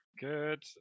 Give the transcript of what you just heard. Good